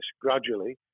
gradually